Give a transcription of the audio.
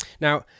Now